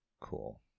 Cool